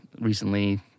recently